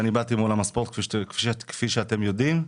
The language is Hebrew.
ואני באתי מעולם הספורט כפי שאתם יודעים,